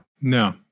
No